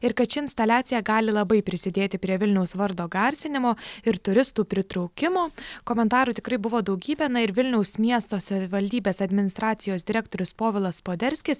ir kad ši instaliacija gali labai prisidėti prie vilniaus vardo garsinimo ir turistų pritraukimo komentarų tikrai buvo daugybė na ir vilniaus miesto savivaldybės administracijos direktorius povilas poderskis